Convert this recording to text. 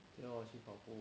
对啊我去跑步